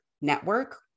Network